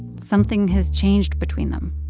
something has changed between them.